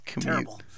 terrible